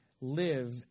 live